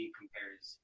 compares